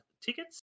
tickets